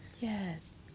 yes